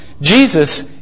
Jesus